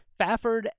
Fafford